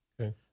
Okay